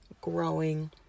growing